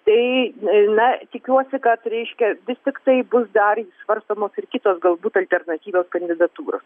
tai na tikiuosi kad reiškia vis tiktai bus dar svarstomos ir kitos galbūt alternatyvios kandidatūros